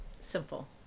simple